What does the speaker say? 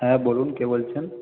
হ্যাঁ বলুন কে বলছেন